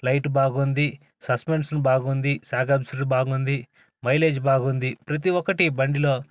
light బాగుంది suspension బాగుంది shock absorber బాగుంది మైలేజ్ బాగుంది ప్రతీ ఒక్కటి బండిలో